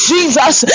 Jesus